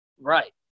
Right